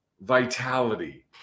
vitality